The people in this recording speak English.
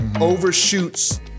overshoots